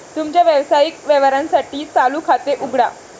तुमच्या व्यावसायिक व्यवहारांसाठी चालू खाते उघडा